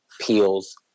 peels